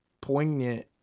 poignant